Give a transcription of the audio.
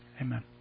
Amen